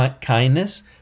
kindness